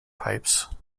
pipes